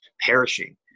perishing